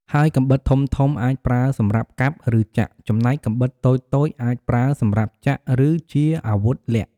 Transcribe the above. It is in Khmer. ហើយកាំបិតធំៗអាចប្រើសម្រាប់កាប់ ឬចាក់ ចំណែកកាំបិតតូចៗអាចប្រើសម្រាប់ចាក់ ឬជាអាវុធលាក់។